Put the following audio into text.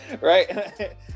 right